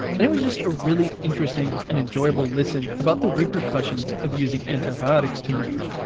and it was just a really interesting and enjoyable listen about the repercussions of using antibiotics too much.